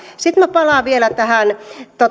sitten minä palaan vielä tähän